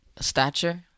stature